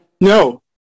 No